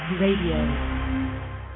Radio